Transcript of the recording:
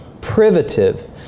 privative